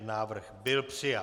Návrh byl přijat.